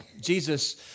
Jesus